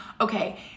okay